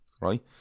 right